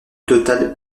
total